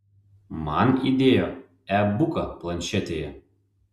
man įdėjo e buką planšetėje